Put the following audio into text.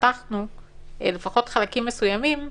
כשפתחנו לפחות חלקים מסוימים במשק,